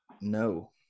No